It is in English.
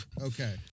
okay